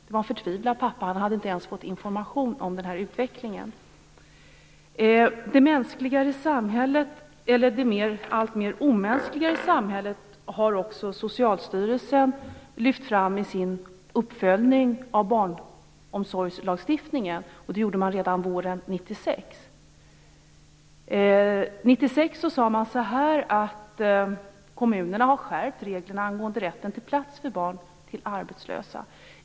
Han var förtvivlad - han hade inte ens fått information om den här utvecklingen. Det alltmer omänskliga samhället har också Socialstyrelsen lyft fram i sin uppföljning av barnomsorgslagstiftningen. Det gjorde man våren 1996. 1996 sade man: Kommunerna har skärpt reglerna angående rätten till plats för barn till arbetslösa.